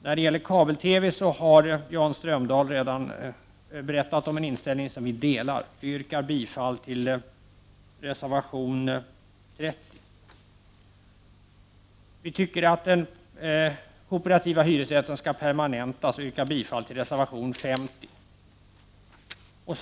När det gäller kabel-TV har Jan Strömdahl redan berättat om en inställning som vi delar. Vi yrkar bifall till reservation 30. Vi tycker att den kooperativa hyresrätten skall permanentas och yrkar bifall till reservation 33.